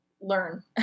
learn